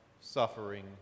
suffering